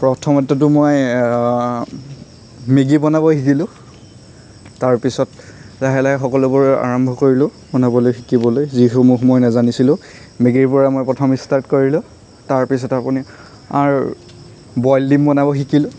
প্ৰথমতেতো মই মেগী বনাব শিকিলোঁ তাৰ পিছত লাহে লাহে সকলোবোৰ আৰম্ভ কৰিলোঁ বনাবলৈ শিকিবলৈ যিসমূহ মই নাজানিছিলোঁ মেগীৰ পৰা মই প্ৰথম ষ্টাৰ্ট কৰিলোঁ তাৰ পিছত আপোনাৰ বইল ডিম বনাব শিকিলোঁ